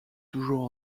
toujours